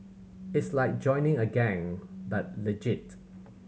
it's like joining a gang but legit